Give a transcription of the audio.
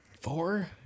Four